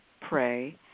pray